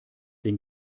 den